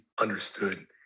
understood